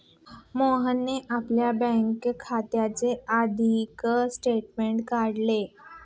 मोहनने आपल्या बँक खात्याचे आर्थिक स्टेटमेंट काढले